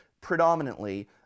predominantly